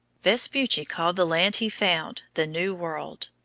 vespucci called the land he found the new world.